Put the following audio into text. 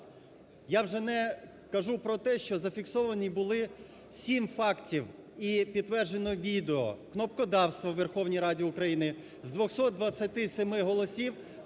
Я вже не кажу про те, що зафіксовані були сім фактів, і підтверджено відео, кнопкодавство в Верховній Раді України. З 227 голосів